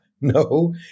No